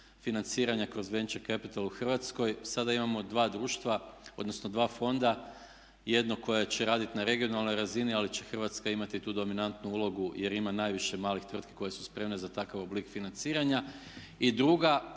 financiranja kroz venture capital u Hrvatskoj. Sada imamo dva društva odnosno dva fonda, jedno koje će raditi na regionalnoj razini ali će Hrvatska imati tu dominantnu ulogu jer ima najviše malih tvrtki koje su spremne za takav oblik financiranja. I druga